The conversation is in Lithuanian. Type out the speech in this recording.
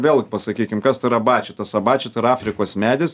vėl pasakykim kas tai yra abači tas abači tai yra afrikos medis